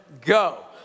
go